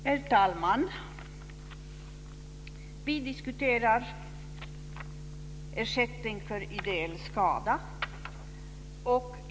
Herr talman! Vi diskuterar ersättning för ideell skada.